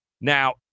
Now